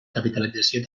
capitalització